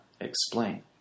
explain